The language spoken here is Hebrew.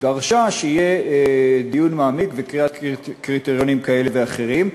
ודרשה שיהיה דיון מעמיק וקביעת קריטריונים כאלה ואחרים.